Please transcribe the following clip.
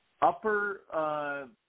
upper